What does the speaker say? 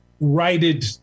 righted